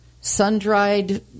sun-dried